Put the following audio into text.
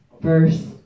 verse